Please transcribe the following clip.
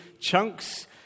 chunks